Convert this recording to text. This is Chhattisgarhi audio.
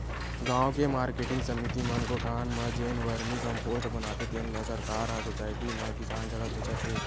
गाँव के मारकेटिंग समिति मन गोठान म जेन वरमी कम्पोस्ट बनाथे तेन ल सरकार ह सुसायटी म किसान जघा बेचत हे